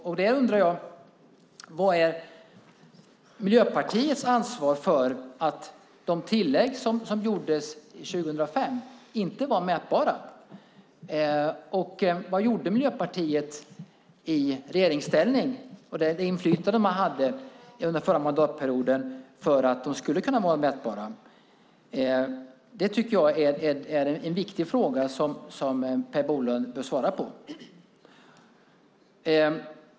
Därför undrar jag: Vad är Miljöpartiets ansvar för att de tillägg som gjordes 2005 inte var mätbara, och vad gjorde Miljöpartiet "i regeringsställning" - med tanke på det inflytande som Miljöpartiet under förra mandatperioden hade - för att tilläggen skulle kunna vara mätbara? Det är en viktig fråga som Per Bolund bör svara på.